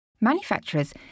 Manufacturers